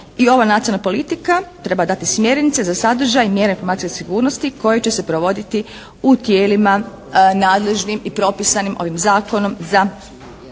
i ova nacionalna politika treba dati smjernice za sadržaj, mjere informacijske sigurnosti koje će se provoditi u tijelima nadležnim i propisanim ovim Zakonom za